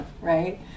right